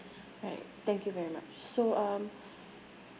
alright thank you very much so um